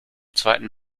zweiten